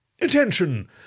Attention